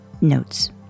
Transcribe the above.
notes